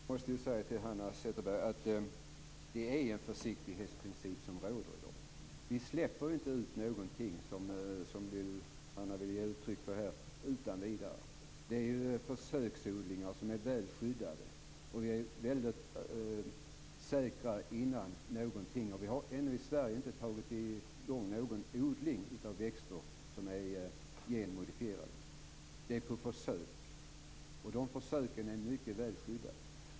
Herr talman! Jag måste säga till Hanna Zetterberg att det är en försiktighetsprincip som råder i dag. Vi släpper inte ut någonting utan vidare, som Hanna Zetterberg ger uttryck för här. Det är försöksodlingar, som är väl skyddade. Vi har inte i Sverige satt i gång någon odling av växter som är genmodifierade. Det är försök, och de försöken är mycket väl skyddade.